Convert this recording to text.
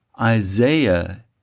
Isaiah